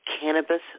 cannabis